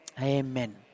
Amen